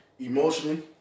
Emotionally